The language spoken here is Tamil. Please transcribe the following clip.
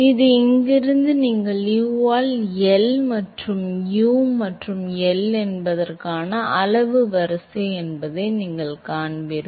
எனவே இங்கிருந்து நீங்கள் U ஆல் L என்பது U மற்றும் L என்பது x க்கான அளவின் வரிசை என்பதை நீங்கள் காண்பீர்கள்